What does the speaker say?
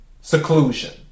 seclusion